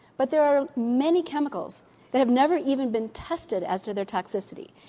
but there are many chemicals that have never even been tested as to their toxicity,